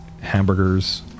hamburgers